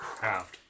Half